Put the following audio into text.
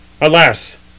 Alas